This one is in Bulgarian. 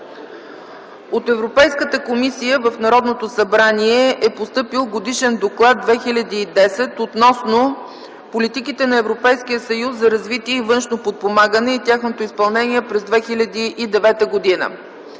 От Европейската комисия в Народното събрание е постъпил Годишен доклад-2010 г. относно политиките на Европейския съюз за развитие и външно подпомагане и тяхното изпълнение през 2009 г.